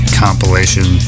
compilation